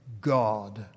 God